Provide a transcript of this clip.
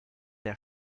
der